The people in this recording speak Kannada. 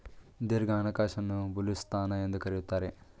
ದೀರ್ಘ ಹಣಕಾಸನ್ನು ಬುಲಿಶ್ ಸ್ಥಾನ ಎಂದು ಕರೆಯುತ್ತಾರೆ